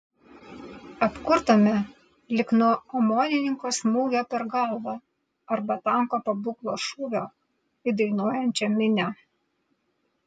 apkurtome lyg nuo omonininko smūgio per galvą arba tanko pabūklo šūvio į dainuojančią minią